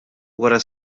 wara